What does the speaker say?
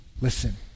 Listen